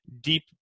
deep